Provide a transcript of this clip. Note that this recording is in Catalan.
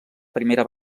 primera